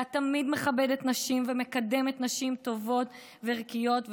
ואת תמיד מכבדת נשים ומקדמת נשים טובות וערכיות,